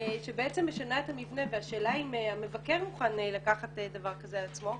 את המבנה והשאלה היא האם משרד המבקר מוכן לקחת דבר כזה על עצמו,